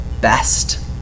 best